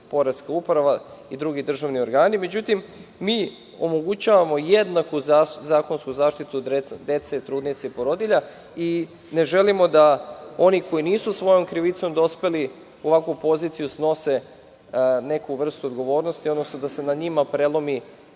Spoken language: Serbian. poreska uprava i drugi državni organi. Međutim, mi omogućavamo jednaku zakonsku zaštitu dece, trudnica i porodilja i ne želimo da oni koji nisu svojom krivicom dospeli u ovakvu poziciju snose neku vrstu odgovornosti, odnosno da se na njima prelomi